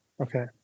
Okay